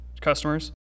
customers